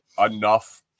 enough